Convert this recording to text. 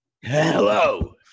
Hello